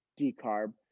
decarb